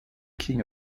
king